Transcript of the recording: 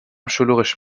شلوغش